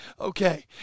Okay